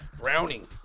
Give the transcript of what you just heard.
Browning